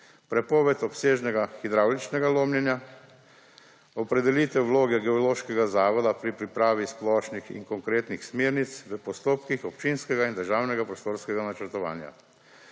prepoved obsežnega hidravličnega lomljenja, opredelitev vloge Geološkega zavoda pri pripravi splošnih in konkretnih smernic v postopkih občinskega in državnega prostorskega načrtovanja,